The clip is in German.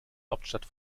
hauptstadt